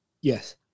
Yes